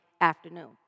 afternoon